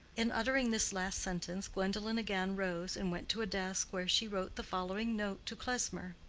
in uttering this last sentence gwendolen again rose, and went to a desk where she wrote the following note to klesmer,